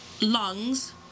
lungs